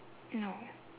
no